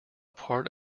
part